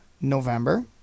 November